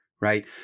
right